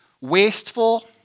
Wasteful